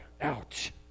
ouch